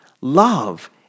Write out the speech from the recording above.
Love